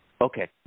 Okay